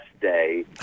day